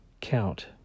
count